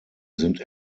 sind